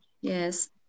yes